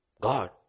God